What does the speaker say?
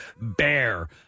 bear